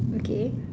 okay